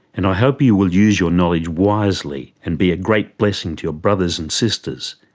and i hope you will use your knowledge wisely and be a great blessing to your brothers and sisters,